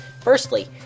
firstly